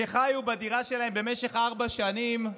חיו בדירה שלהם במשך ארבע שנים,